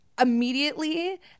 immediately